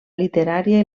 literària